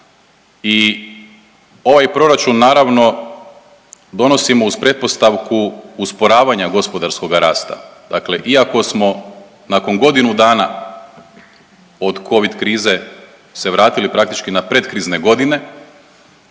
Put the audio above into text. i ovaj proračun naravno donosimo uz pretpostavku usporavanja gospodarskoga rasta, dakle iako smo nakon godinu dana od covid krize se vratili praktički na pretkrizne godine